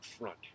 front